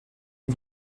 est